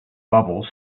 bubbles